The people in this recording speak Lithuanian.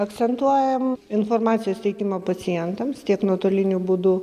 akcentuojam informacijos teikimą pacientams tiek nuotoliniu būdu